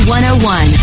101